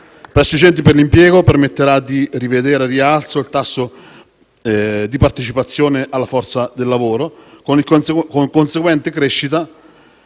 i centri per l'impiego permetterà di rivedere al rialzo il tasso di partecipazione alla forza lavoro, con conseguente crescita